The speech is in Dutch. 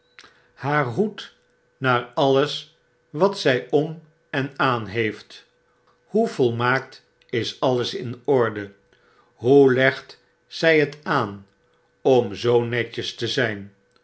haar hoed naar alles wat zij om en aan heeft hoe volmaakt is alles in orde hoe legt zij het aan om zoo netjes te zijn